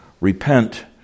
Repent